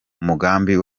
umugambi